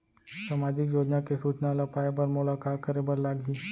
सामाजिक योजना के सूचना ल पाए बर मोला का करे बर लागही?